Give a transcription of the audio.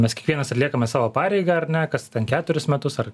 mes kiekvienas atliekame savo pareigą ar ne kas ten keturis metus ar